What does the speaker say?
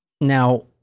Now